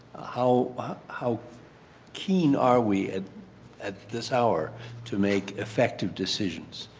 how how keen are we at at this hour to make effective decisions?